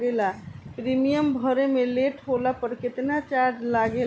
Premium भरे मे late होला पर केतना चार्ज लागेला?